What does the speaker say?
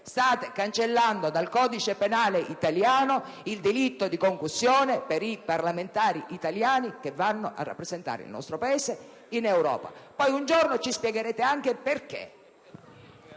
state cancellando dal codice penale italiano il delitto di concussione per i parlamentari italiani che vanno a rappresentare il nostro Paese in Europa. Un giorno ci spiegherete anche il perché.